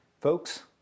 Folks